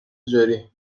تجاری